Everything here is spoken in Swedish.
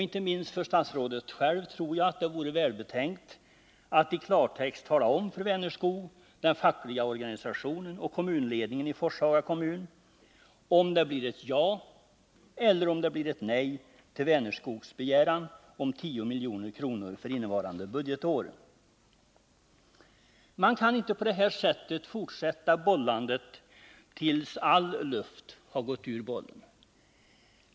Inte minst för statsrådet själv tror jag att det vore välbetänkt att i klartext tala om för Vänerskog, den fackliga organisationen och kommunledningen i Forshaga kommun, om det blir ett ja eller ett nej till Vänerskogs begäran om 10 milj.kr. för innevarande budgetår. Man kan inte på det här sättet fortsätta bollandet tills all luft har gått ur bollen.